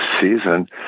season